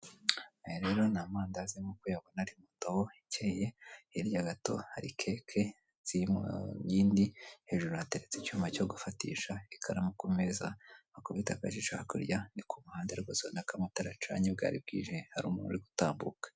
Aya rero ni amandazi nk'uko uyabona ari mu ndobo icyeye, hirya gato hari keke ziri mu yindi; hejuru hateretse icyuma cyo gufatisha, ikaramu ku meza, wakubita akajisho hakurya ni ku ruhande rwose urabona ko amatara acanye. Bwari bwije hari umuntu uri gutambuka.